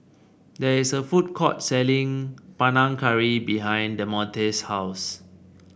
there is a food court selling Panang Curry behind Demonte's house